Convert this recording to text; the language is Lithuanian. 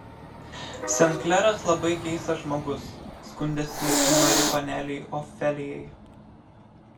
sen kleras labai keistas žmogus skundėsi mari panelei ofelijai